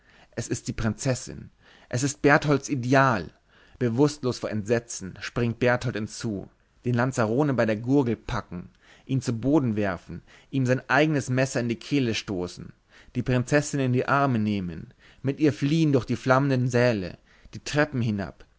es ist die prinzessin es ist bertholds ideal bewußtlos vor entsetzen springt berthold hinzu den lazzarone bei der gurgel packen ihn zu boden werfen ihm sein eignes messer in die kehle stoßen die prinzessin in die arme nehmen mit ihr fliehen durch die flammenden säle die treppen hinab